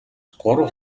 гурав